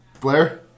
Blair